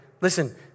Listen